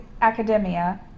academia